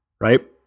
right